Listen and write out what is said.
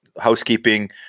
housekeeping